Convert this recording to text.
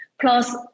plus